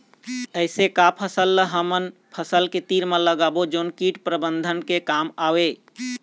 ऐसे का फसल ला हमर फसल के तीर मे लगाबो जोन कीट प्रबंधन के काम आवेदन?